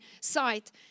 site